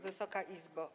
Wysoka Izbo!